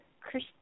Chris